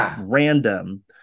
random